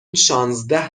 شانزده